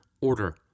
order